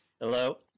Hello